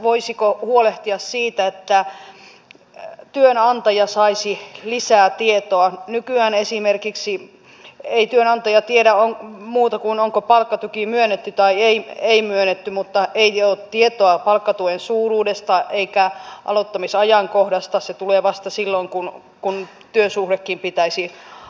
jos perheeseen syntyy vammainen lapsi niin tämä voi aiheuttaa omaishoitoperheessä köyhyyttä koska näissä tilanteissa perheillä voi olla sellainen tilanne että heillä ei ole muuta toimeentuloa kuin omaishoidon tuki asumistuki ja mahdollisesti joku muu sosiaaliturva ja tarvittaessa toimeentulotuki